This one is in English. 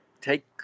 take